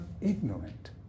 ignorant